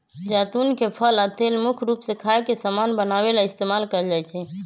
जैतुन के फल आ तेल मुख्य रूप से खाए के समान बनावे ला इस्तेमाल कएल जाई छई